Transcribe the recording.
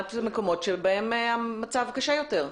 לעומת מקומות שבהם המצב קשה יותר.